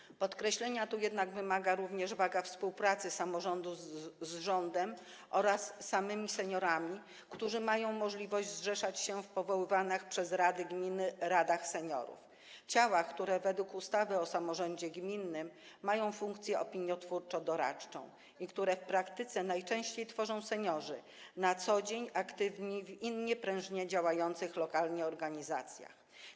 Jednak podkreślenia wymaga również waga współpracy samorządu z rządem oraz samymi seniorami, którzy mają możliwość zrzeszać się w powoływanych przez rady gminy radach seniorów, ciałach, które według ustawy o samorządzie gminnym mają funkcję opiniotwórczo-doradczą i które w praktyce najczęściej tworzą seniorzy na co dzień aktywni w innych prężnie działających lokalnie organizacjach.